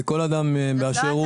זה כל אדם באשר הוא.